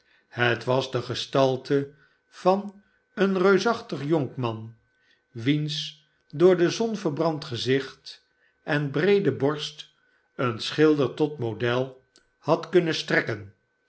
het was de gestalte van een reusachtig jonkman wiens door de zon verbrand gezicht en breede borst een schilder tot model nadden kunnen strekken